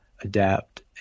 adapt